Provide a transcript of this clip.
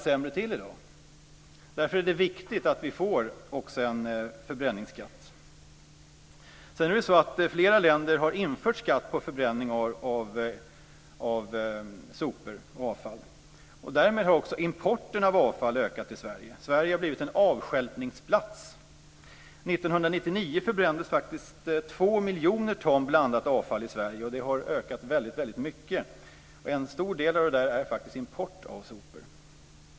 Därför är det viktigt att vi får en förbränningsskatt. Flera länder har infört skatt på förbränning av sopor och avfall, och därmed har också importen av avfall till Sverige ökat. Sverige har blivit en avstjälpningsplats. 1999 förbrändes faktiskt 2 miljoner ton blandat avfall i Sverige, och det har ökat mycket.